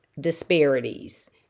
disparities